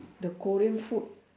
the korean food